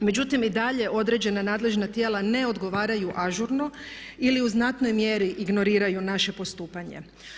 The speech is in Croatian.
Međutim i dalje određena nadležna tijela ne odgovaraju ažurno ili u znatnoj mjeri ignoriraju naše postupanje.